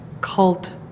cult